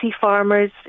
farmers